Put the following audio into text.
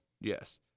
Yes